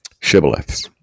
shibboleths